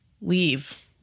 leave